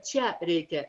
čia reikia